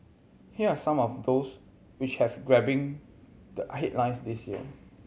here are some of those which have grabbing the headlines this year